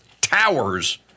towers